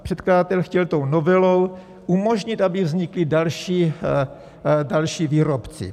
předkladatel chtěl tou novelou umožnit, aby vznikli i další výrobci.